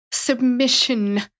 Submission